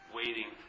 waiting